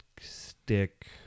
stick